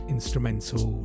Instrumental